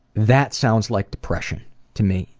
that sounds like depression to me.